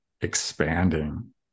expanding